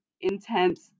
intense